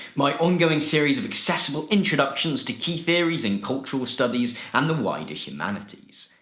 my ongoing series of accessible introductions to key theories in cultural studies and the wider humanities.